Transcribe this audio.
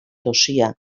dosia